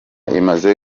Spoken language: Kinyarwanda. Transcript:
imaze